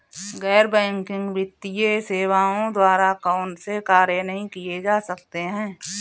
गैर बैंकिंग वित्तीय सेवाओं द्वारा कौनसे कार्य नहीं किए जा सकते हैं?